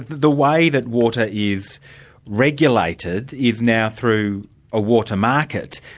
the way that water is regulated is now through a water market.